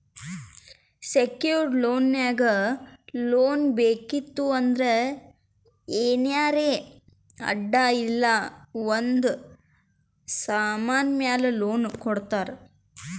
secured loan ನಾಗ್ loan ಬೇಕಿತ್ತು ಅಂದ್ರ ಏನಾರೇ ಅಡಾ ಇಲ್ಲ ಒಂದ್ ಸಮಾನ್ ಮ್ಯಾಲ ಲೋನ್ ಕೊಡ್ತಾರ್